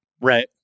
Right